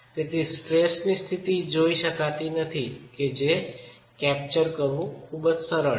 તેથી સ્ટ્રેસની સ્થિતિને જોઈ શકાતી નથી કે જે કેપ્ચર કરવું ખૂબ જ સરળ છે